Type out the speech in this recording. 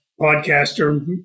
podcaster